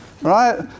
right